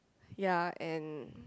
ya and